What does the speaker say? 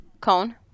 cone